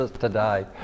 today